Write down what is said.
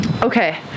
Okay